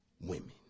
women